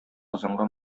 казанга